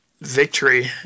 victory